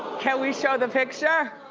can we show the picture?